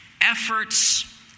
efforts